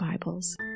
bibles